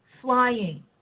flying